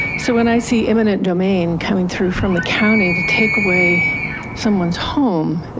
so when i see eminent domain coming through from the county to take away someone's home,